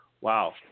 wow